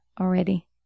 already